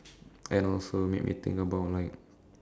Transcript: and also made me think about like